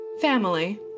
family